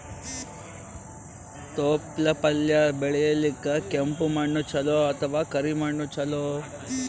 ತೊಪ್ಲಪಲ್ಯ ಬೆಳೆಯಲಿಕ ಕೆಂಪು ಮಣ್ಣು ಚಲೋ ಅಥವ ಕರಿ ಮಣ್ಣು ಚಲೋ?